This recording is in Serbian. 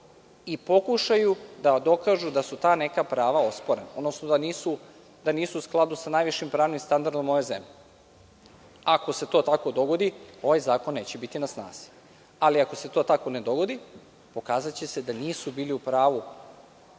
i pokušaju da dokažu da su ta neka prava osporena, odnosno da nisu u skladu sa najvišim pravnim standardom ove zemlje. Ako se to tako dogodi, ovaj zakon neće biti na snazi. Ali, ako se to tako ne dogodi, pokazaće se da nisu bili u pravu